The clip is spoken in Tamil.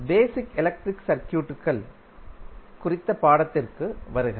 பேசிக் எலக்ட்ரிக் சர்க்யூட்கள் குறித்த பாடத்திற்கு வருக